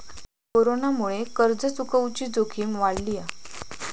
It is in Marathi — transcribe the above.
कोरोनामुळे कर्ज चुकवुची जोखीम वाढली हा